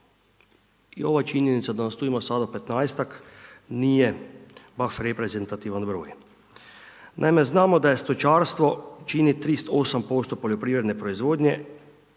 I ova činjenica da nas tu ima sada 15-tak nije baš reprezentativan broj. Naime, znamo da je stočarstvo, čini 38% poljoprivredne proizvodnje